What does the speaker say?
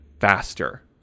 faster